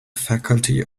faculty